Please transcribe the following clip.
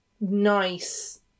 nice